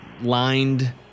lined